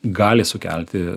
gali sukelti